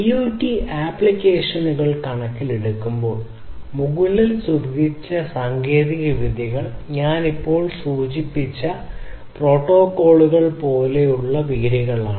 IoT ആപ്ലിക്കേഷനുകൾ കണക്കിലെടുക്കുമ്പോൾ മുകളിൽ സൂചിപ്പിച്ച സാങ്കേതികവിദ്യകൾ ഞാൻ ഇപ്പോൾ സൂചിപ്പിച്ച പ്രോട്ടോക്കോളുകൾ പോലുള്ള വേരുകൾ